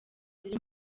ziri